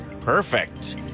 Perfect